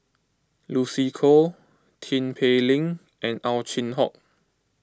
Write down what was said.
Lucy Koh Tin Pei Ling and Ow Chin Hock